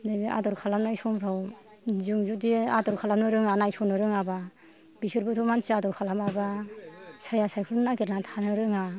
नैबे आदर खालामनाय समफ्राव जों जुदि आदर खालामनो रोङा नायसननो रोङाबा बिसोरबोथ' मानसि आदर खालामाबा साया सायख्लुम नागिरनानै थानो रोङा